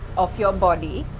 of your body.